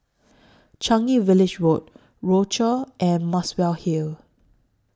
Changi Village Road Rochor and Muswell Hill